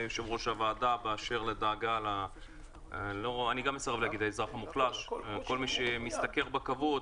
יושב ראש הוועדה לכל מי - גם אני מסרב לומר אזרח מוחלש שמשתכר בכבוד